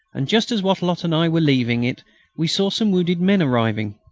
and just as wattrelot and i were leaving it we saw some wounded men arriving.